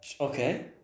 Okay